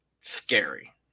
scary